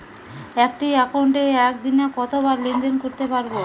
একটি একাউন্টে একদিনে কতবার লেনদেন করতে পারব?